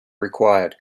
required